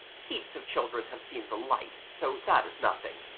heaps of children have seen the light, so that is nothing.